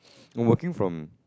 working from